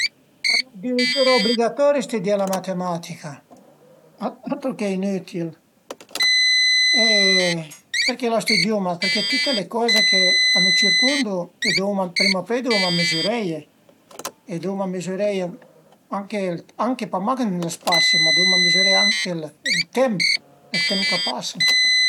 Al e adiritüra ubligatori stüdié la matematica, altro che inütil e perché la stüdiuma? Perché tüte le coza ch'a nu circundu i duvuma prima o pöi i divuma mizüreie e duvuma mizüreie anche pa mach ën lë spasi, ma duvuma mizüré anche ël temp, ël temp ch'a pasa